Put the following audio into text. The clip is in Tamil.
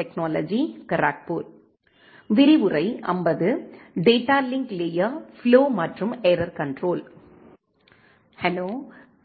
ஹலோ